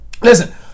listen